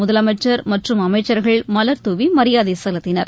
முதலமைச்சர் மற்றும் அமைச்சர்கள் மலர் தூவி மரியாதை செலுத்தினர்